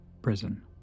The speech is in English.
prison